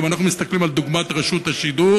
אם אנחנו מסתכלים על דוגמת רשות השידור